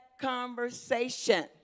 conversation